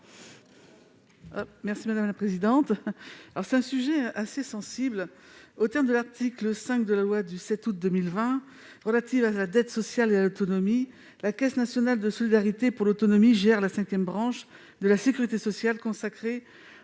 rectifié. Il s'agit d'un sujet sensible. Aux termes de l'article 5 de la loi du 7 août 2020 relative à la dette sociale et à l'autonomie, la Caisse nationale de solidarité pour l'autonomie gère la cinquième branche de la sécurité sociale consacrée